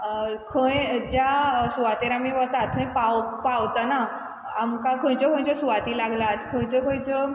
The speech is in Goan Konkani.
खंय ज्या सुवातेर आमी वतात थंय पाव पावतना आमकां खंयच्यो खंयच्यो सुवाधी लागल्यात खंयच्यो खंयच्यो